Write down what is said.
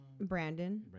Brandon